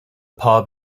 pub